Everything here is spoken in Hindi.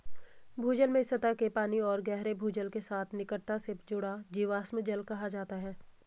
भूजल में सतह के पानी और गहरे भूजल के साथ निकटता से जुड़ा जीवाश्म जल कहा जाता है